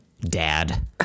Dad